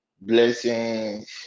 blessings